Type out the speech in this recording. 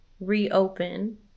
reopen